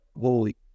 holy